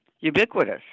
ubiquitous